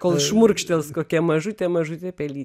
kol šmurkštels kokia mažutė mažutė pely